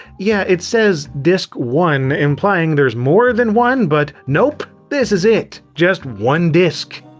yeah it says disc one, implying there's more than one. but nope! this is it, just one disc.